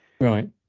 right